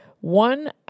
one